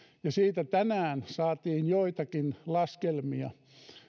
ja siitä tänään saatiin joitakin laskelmia